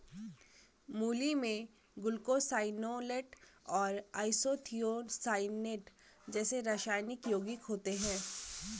मूली में ग्लूकोसाइनोलेट और आइसोथियोसाइनेट जैसे रासायनिक यौगिक होते है